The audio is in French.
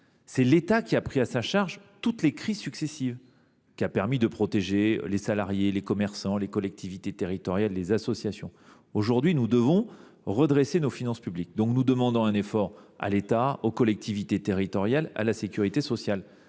C’est l’État qui a pris à sa charge les crises successives, permettant de protéger les salariés, les commerçants, les collectivités territoriales et les associations. Aujourd’hui, nous devons redresser nos finances publiques. Nous demandons donc un effort à l’État, aux collectivités territoriales, à la sécurité sociale.